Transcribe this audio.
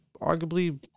arguably